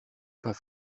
pas